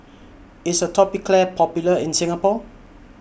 IS Atopiclair Popular in Singapore